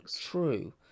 true